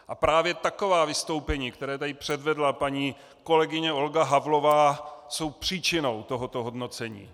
A právě taková vystoupení, které tady předvedla paní kolegyně Olga Havlová, jsou příčinou tohoto hodnocení.